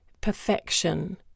perfection